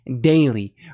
daily